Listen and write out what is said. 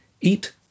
Eat